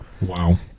Wow